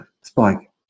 spike